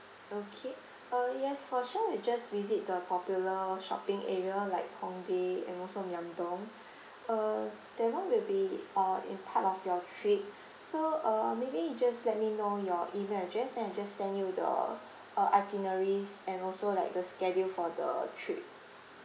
okay uh yes for sure we just visit the popular shopping area like hongdae and also myeongdong uh that [one] will be uh in part of your trip so uh maybe you just let me know your email address then I just send you the uh itineraries and also like the schedule for the trip